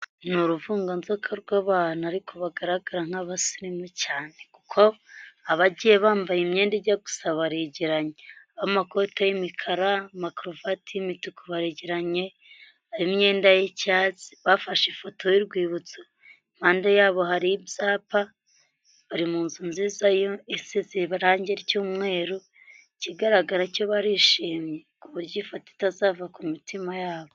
Ni uruvunganzoga rw'abantu ariko bagaragara nk'abasirimu cyane, ko abagiye bambaye imyenda ijya gusa baregeranya amakoti y'imikara, n'amakaruvati y'imituku bagiranye, imyenda y'icyatsi, bafashe ifoto y'urwibutso, iruhande yabo hari ibyapa, bari munzu nziza, yasize irangi ry'umweru kigaragara cyo barishimye ku buryo ifoto itazava ku mitima yabo.